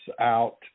out